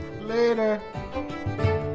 Later